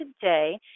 today